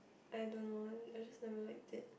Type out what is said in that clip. I don't know eh I just never like it